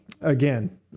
again